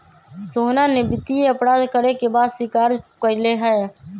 सोहना ने वित्तीय अपराध करे के बात स्वीकार्य कइले है